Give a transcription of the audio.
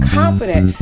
confident